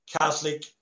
Catholic